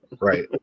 right